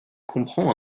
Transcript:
comprend